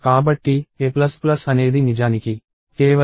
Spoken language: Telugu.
కాబట్టి a అనేది నిజానికి కేవలం a a1 అవుతుంది